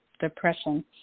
depression